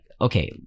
okay